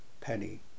Penny